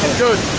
good,